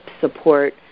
support